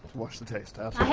wash the taste out.